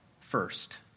first